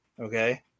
okay